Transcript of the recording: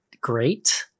great